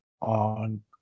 on